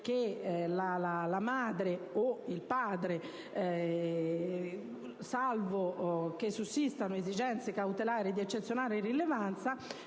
cautelare in carcere, salvo che sussistano esigenze cautelari di eccezionale rilevanza.